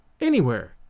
Anywhere